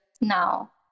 now